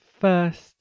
first